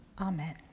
Amen